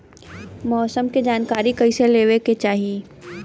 मौसम के जानकारी कईसे लेवे के चाही?